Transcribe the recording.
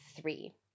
three